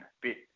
bit